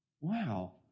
wow